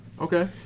Okay